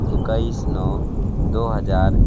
इक्कीस नौ दो हज़ार